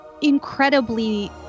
incredibly